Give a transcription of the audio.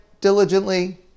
diligently